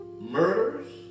murders